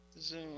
Zoom